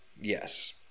Yes